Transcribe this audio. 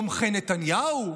תומכי נתניהו,